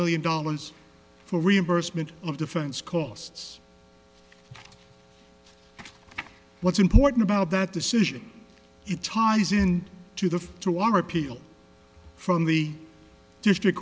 million dollars for reimbursement of defense costs what's important about that decision it ties in to the to our appeal from the district